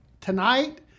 tonight